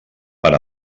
per